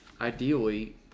ideally